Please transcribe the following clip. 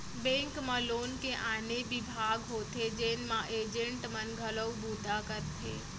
bank म loan के आने बिभाग होथे जेन म एजेंट मन घलोक बूता करथे